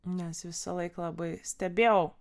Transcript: nes visąlaik labai stebėjau